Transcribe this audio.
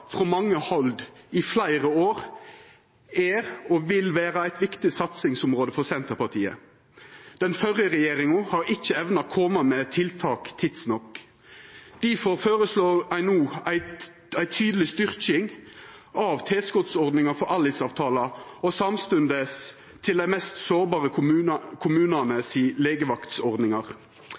frå mange hald i fleire år, er – og vil vera – eit viktig satsingsområde for Senterpartiet. Den førre regjeringa har ikkje evna å koma med tiltak tidsnok. Difor føreslår ein no ei tydeleg styrking av tilskotsordninga for ALIS-avtaler og samstundes til legevaktsordningar i dei mest sårbare kommunane.